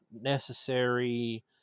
necessary